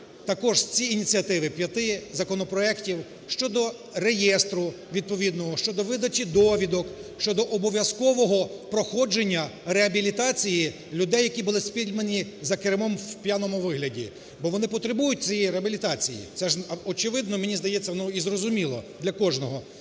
також ці ініціативи п'яти законопроектів щодо реєстру відповідного, щодо видачі довідок щодо обов'язкового проходження реабілітації людей, які були спіймані за кермом у п'яному вигляді. Бо вони потребують цієї реабілітації, це ж очевидно, мені здається, воно і зрозуміло для кожної